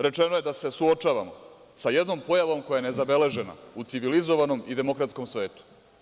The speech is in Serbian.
Rečeno je da se suočavamo sa jednom pojavom koja je nezabeležena u civilizovanom i demokratskom svetu.